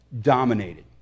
dominated